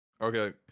Okay